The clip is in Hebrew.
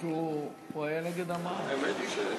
כי הוא היה נגד הפטור ממע"מ.